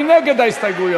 מי נגד ההסתייגויות?